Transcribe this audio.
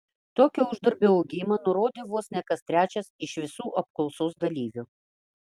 tokį uždarbio augimą nurodė vos ne kas trečias iš visų apklausos dalyvių